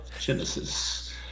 Genesis